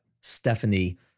Stephanie